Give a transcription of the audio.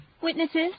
Witnesses